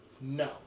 No